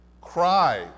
cry